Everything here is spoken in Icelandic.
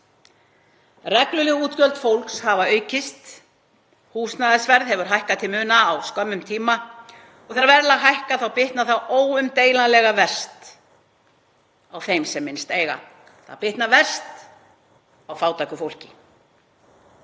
Regluleg útgjöld fólks hafa aukist, húsnæðisverð hefur hækkað til muna á skömmum tíma og þegar verðlag hækkar þá bitnar það óumdeilanlega verst á þeim sem minnst eiga. Það bitnar verst á fátæku fólki,